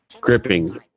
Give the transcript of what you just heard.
gripping